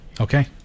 Okay